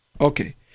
Okay